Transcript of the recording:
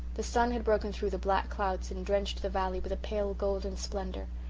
the sun had broken through the black clouds and drenched the valley with a pale golden splendour.